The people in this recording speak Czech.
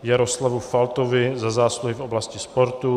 Jaroslavu Faltovi za zásluhy v oblasti sportu